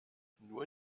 nur